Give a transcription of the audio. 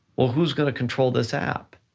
well, who's gonna control this app?